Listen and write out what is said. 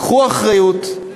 קחו אחריות,